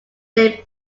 day